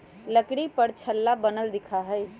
लकड़ी पर छल्ला बनल दिखा हई